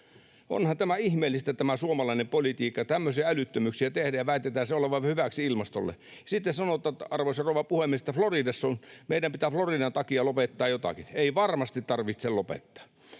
Onhan tämä suomalainen politiikka ihmeellistä: tämmöisiä älyttömyyksiä tehdään ja väitetään sen olevan hyväksi ilmastolle. Sitten sanotaan, arvoisa rouva puhemies, että meidän pitää Floridan takia lopettaa jotakin. Ei varmasti tarvitse lopettaa.